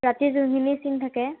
ৰাতি যোনখিনি চিন থাকে